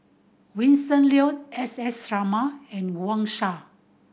Vincent Leow S S Sarma and Wang Sha